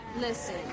listen